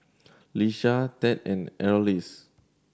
Iesha Tad and Arlis